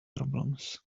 problems